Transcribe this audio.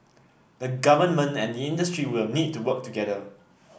the Government and the industry will need to work together